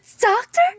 doctor